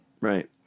Right